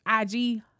IG